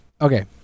okay